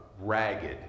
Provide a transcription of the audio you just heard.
ragged